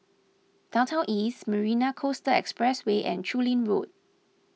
Downtown East Marina Coastal Expressway and Chu Lin Road